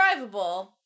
drivable